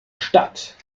stadt